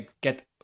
get